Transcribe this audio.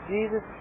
Jesus